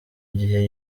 gihe